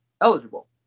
eligible